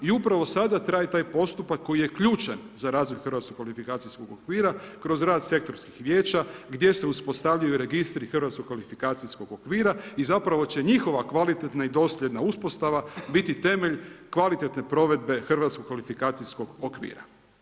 I upravo sada traje taj postupak koji je ključan za razvoj hrvatskog kvalifikacijskog okvira, kroz rad sektorskih vijeća gdje se uspostavljaju registri hrvatskog kvalifikacijskog okvira i zapravo će njihova kvalitetna i dosljedna uspostava biti temelj kvalitetne provedbe hrvatskog kvalifikacijskog okvira.